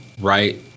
right